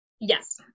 Yes